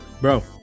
Bro